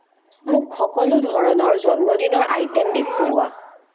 মোক সকলো ধৰণৰ জন্মদিনৰ আইটেম দেখুওৱা